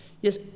Yes